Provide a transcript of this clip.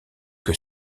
que